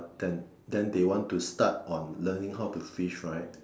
then then they want to start on learning how to fish right